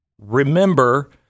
remember